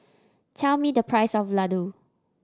tell me the price of Ladoo